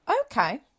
Okay